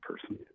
person